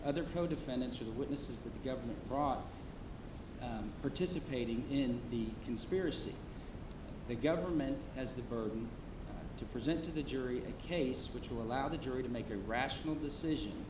other co defendants or the witnesses the government brought participating in the conspiracy the government has the burden to present to the jury a case which will allow the jury to make a rational decision